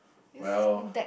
well